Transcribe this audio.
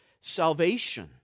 salvation